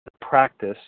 practice